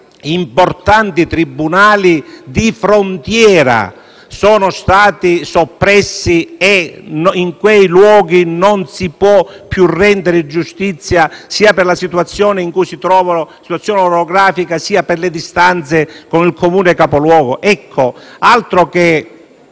importanti tribunali di frontiera sono stati soppressi e in quei luoghi non si può più rendere giustizia, sia per la situazione orografica in cui si trovano, sia per le distanze con il Comune capoluogo? Altro che